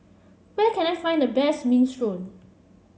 where can I find the best Minestrone